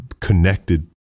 connected